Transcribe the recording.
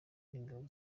n’ingabo